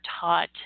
taught